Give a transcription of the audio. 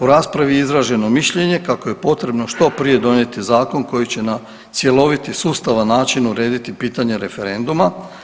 U raspravi je izraženo mišljenje kako je potrebno što prije donijeti zakon koji će na cjelovit i sustavan način urediti pitanje referenduma.